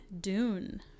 Dune